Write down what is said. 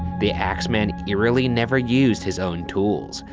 the axeman eerily never used his own tools.